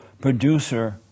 producer